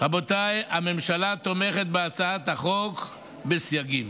רבותיי, הממשלה תומכת בהצעת החוק בסייגים.